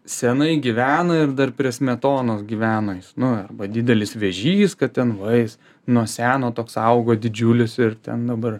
senai gyvena ir dar prie smetonos gyveno jis nu arba didelis vėžys kad ten va jis nuo seno toks augo didžiulis ir ten dabar